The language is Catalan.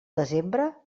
desembre